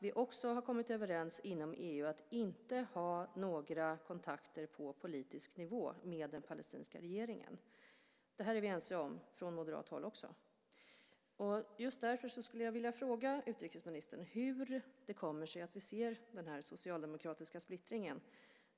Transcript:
Vi har också kommit överens om inom EU att inte ha några kontakter på politisk nivå med den palestinska regeringen. Det är vi också från moderat håll ense om. Just därför skulle jag vilja fråga utrikesministern hur det kommer sig att vi ser denna socialdemokratiska splittring.